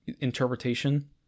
interpretation